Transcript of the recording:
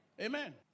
Amen